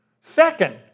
Second